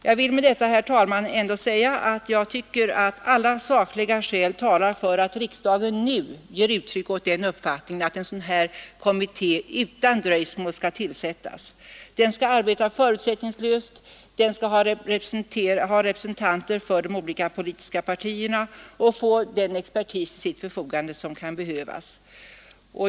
Jag tycker alltså att alla sakliga skäl talar för att riksdagen nu ger uttryck åt den uppfattningen att en sådan här kommitté utan dröjsmål skall tillsättas. Den skall arbeta förutsättningslöst, ha representanter för de olika politiska partierna och få den expertis till sitt förfogande som kan behövas.